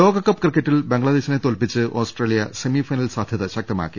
ലോകകപ്പ് ക്രിക്കറ്റിൽ ബംഗ്ലാദേശിനെ തോൽപ്പിച്ച് ഓസ്ട്രേലിയ സെമി ഫൈനൽ സാധ്യത ശക്തമാക്കി